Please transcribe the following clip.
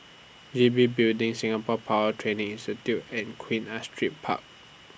G B Building Singapore Power Training Institute and Queen Astrid Park